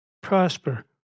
prosper